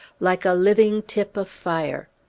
like a living tip of fire.